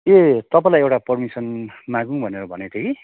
ए तपाईँलाई एउटा पर्मिसन मागौँ भनेर भनेको थिएँ कि